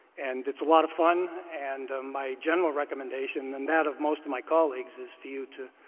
and it's a lot of fun. and my general recommendation, and that of most of my colleagues, is for you to